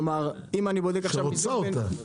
שרוצה אותה?